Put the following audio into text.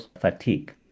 fatigue